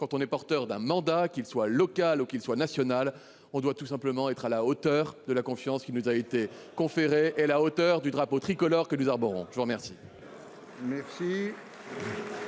quand on est porteur d'un mandat qu'il soit local ou qu'il soit national, on doit tout simplement être à la hauteur de la confiance qui nous a été conféré la hauteur du drapeau tricolore que 12 arborant je vous remercie.